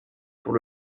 pour